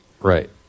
right